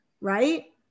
right